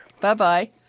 Bye-bye